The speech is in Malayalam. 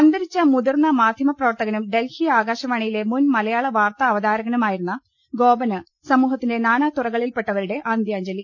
അന്തരിച്ച മുതിർന്ന മാധ്യമപ്രവർത്തകനും ഡൽഹി ആകാശ വാണിയിലെ മുൻ മലയാള വാർത്താ അവതാരകനുമായിരുന്ന ഗോപന് സമൂഹത്തിന്റെ നാനാതുറകളിൽപെട്ടവരുടെ അന്ത്യാ ഞ്ജലി